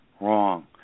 wrong